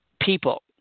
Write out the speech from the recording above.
people